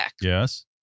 Yes